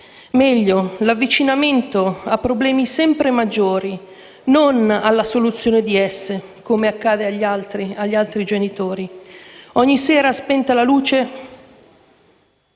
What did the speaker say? meglio, l'avvicinamento a problemi sempre maggiori, non alla soluzione di essi, come accade agli altri genitori. Ogni sera, spenta la luce,